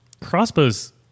crossbows